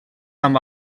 amb